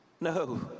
No